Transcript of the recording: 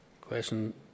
question